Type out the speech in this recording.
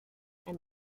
and